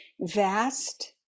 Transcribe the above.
Vast